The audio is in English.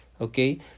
okay